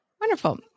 Wonderful